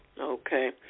Okay